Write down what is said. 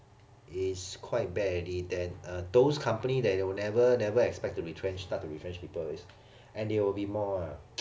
is quite bad already then uh those company that you will never never expect to retrench start to retrench people already and there will be more